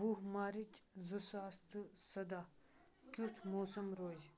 وُہ مارچ زٕ ساس تہٕ سَداہ کیُتھ موسم روزِ